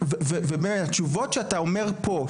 והתשובות שאתה אומר פה,